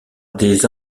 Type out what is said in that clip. des